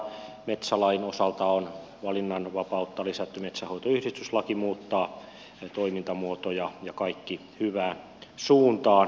metsälain osalta on valinnanvapautta lisätty metsänhoitoyhdistyslaki muuttaa toimintamuotoja ja kaikki hyvään suuntaan